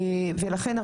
ולכן,